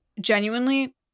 genuinely